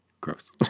Gross